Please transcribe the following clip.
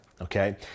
okay